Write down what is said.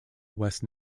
west